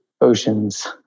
oceans